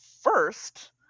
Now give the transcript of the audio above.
first